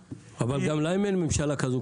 אבל גם להם אין ממשלה כזו כמו שלנו.